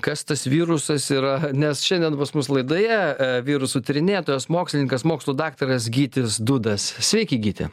kas tas virusas yra nes šiandien pas mus laidoje virusų tyrinėtojas mokslininkas mokslų daktaras gytis dudas sveiki gyti